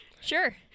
Sure